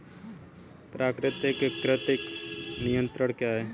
प्राकृतिक कृंतक नियंत्रण क्या है?